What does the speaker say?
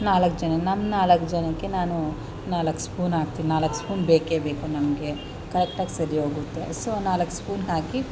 ನಾಲ್ಕು ಜನ ನಮ್ಮ ನಾಲ್ಕು ಜನಕ್ಕೆ ನಾನು ನಾಲ್ಕು ಸ್ಪೂನ್ ಹಾಕ್ತೀನಿ ನಾಲ್ಕು ಸ್ಫೂನ್ ಬೇಕೇ ಬೇಕು ನಮಗೆ ಕರೆಕ್ಟಾಗಿ ಸರಿ ಹೋಗುತ್ತೆ ಸೊ ನಾಲ್ಕು ಸ್ಪೂನ್ ಹಾಕಿ